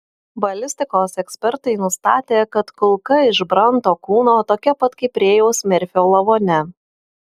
balistikos ekspertai nustatė kad kulka iš branto kūno tokia pat kaip rėjaus merfio lavone